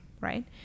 right